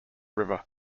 river